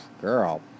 girl